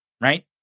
Right